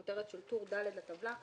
בכותרת של טור ד' לטבלה,